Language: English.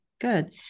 Good